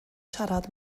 siarad